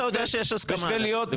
איך אתה יודע שיש הסכמה עליהם?